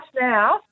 now